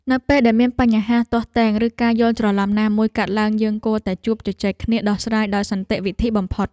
នៅពេលដែលមានបញ្ហាទាស់ទែងឬការយល់ច្រឡំណាមួយកើតឡើងយើងគួរតែជួបជជែកគ្នាដោះស្រាយដោយសន្តិវិធីបំផុត។